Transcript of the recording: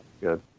good